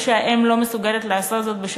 ברור שהאם לא מסוגלת לעשות זאת,